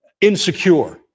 insecure